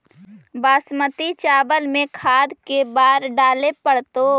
बासमती चावल में खाद के बार डाले पड़तै?